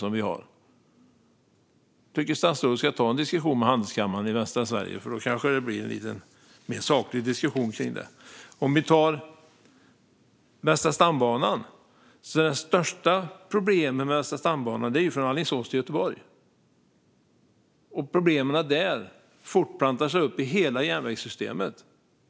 Jag tycker att statsrådet ska ta en diskussion med Västsvenska Handelskammaren. Då kanske det blir en lite mer saklig diskussion. Låt oss titta på Västra stambanan. De största problemen på Västra stambanan finns på sträckan Alingsås-Göteborg. Problemen där fortplantar sig upp i hela järnvägssystemet.